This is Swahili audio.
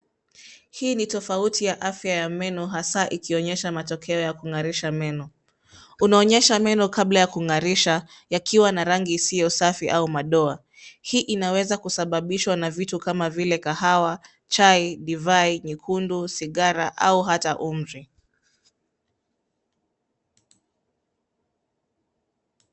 Hii ni tofauti ya afya ya meno hasa ikionyesha matokeo ya kungarisha meno. Inaonyesha meno kabla ya kungarisha yakiwa na rangi isiyo safi au madoa. Hii inaweza kusababishwa na vitu kama vile kahawa, chai, divai nyekundu ,sigara au hata umri.